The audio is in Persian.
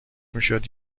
میشد